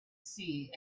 see